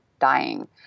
dying